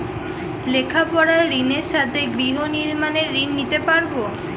লেখাপড়ার ঋণের সাথে গৃহ নির্মাণের ঋণ নিতে পারব?